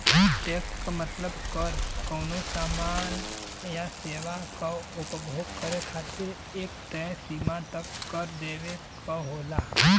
tax क मतलब कर कउनो सामान या सेवा क उपभोग करे खातिर एक तय सीमा तक कर देवे क होला